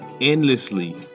endlessly